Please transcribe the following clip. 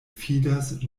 fidas